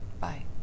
bye